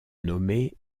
nommée